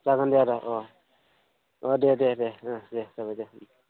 जागोन दे आदा अ अ दे दे दे दे जाबाय दे